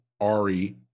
Ari